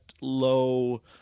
low